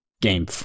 game